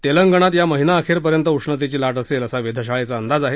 तेलंगणात या महिनाअखेरपर्यंत उष्णतेची ला असेल असा वेधशाळेचा अंदाज आहे